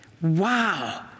Wow